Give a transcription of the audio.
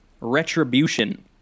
Retribution